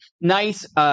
nice